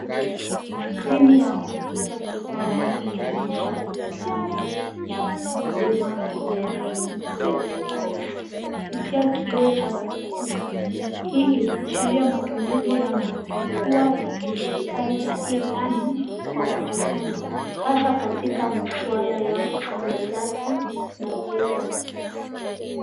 Skrini ya kompyuta kibao ikionyesha programu ya, online video calls, kupitia kioo cha kuguza. Hii inaashiria matumizi ya majukwaa ya kidijitali na e-learning kwa kujifunza hasa katika msuala ya usambazaji na python .